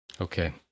Okay